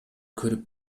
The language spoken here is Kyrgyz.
көрүп